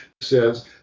says